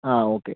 ആ ഓക്കെ